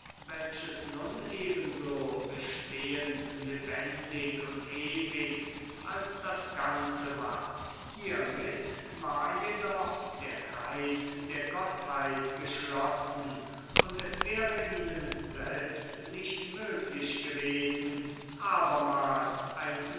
welches nun ebenso bestehend lebendig und ewig als das ganze war hiermit war jedoch der kreis der gottheit geschlossen und es wäre ihnen selbst nicht möglich gewesen abermals ein